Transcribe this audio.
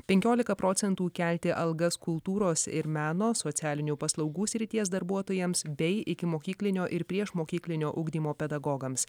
penkiolika procentų kelti algas kultūros ir meno socialinių paslaugų srities darbuotojams bei ikimokyklinio ir priešmokyklinio ugdymo pedagogams